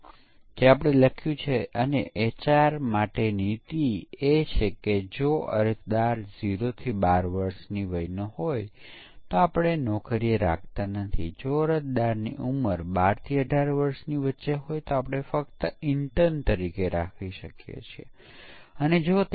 જ્યારે એકીકરણ પરીક્ષણ ડિઝાઇન પર આધારિત છે તેથી ડિઝાઇનમાં જુદા જુદા યુનિટની ઓળખ કરીને તેઓ ઇન્ટરફેસ કેવી રીતે કરે છે તેના પર આધારિત છે